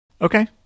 Okay